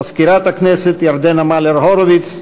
מזכירת הכנסת ירדנה מלר-הורוביץ,